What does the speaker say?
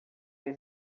eles